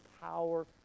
power